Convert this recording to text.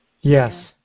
Yes